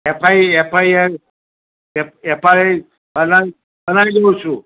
F I F I N F I R એના લીધે પૂછું